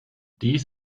dies